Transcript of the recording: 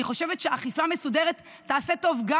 אני חושבת שאכיפה מסודרת תעשה טוב גם